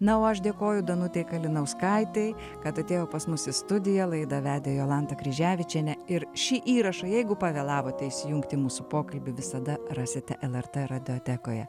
na o aš dėkoju danutei kalinauskaitei kad atėjo pas mus į studiją laidą vedė jolanta kryževičienė ir šį įrašą jeigu pavėlavote įsijungti į mūsų pokalbį visada rasite lrt radiotekoje